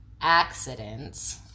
accidents